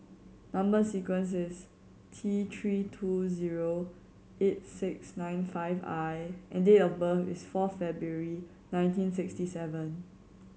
number sequence is T Three two zero eight six nine five I and date of birth is fourth February nineteen sixty seven